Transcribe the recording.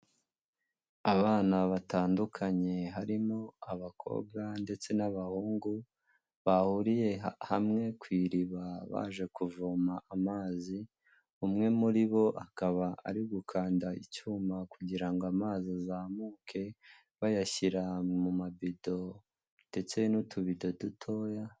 Abana batandukanye harimo abakobwa ndetse n'abahungu bahuriye hamwe ku iriba, baje kuvoma amazi, umwe muri bo akaba ari gukanda icyuma kugira ngo amazi azamuke bayashyira mu mabido ndetse n'utubido dutoya.